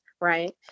right